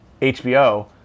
HBO